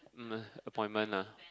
um appointment ah